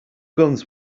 guns